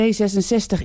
D66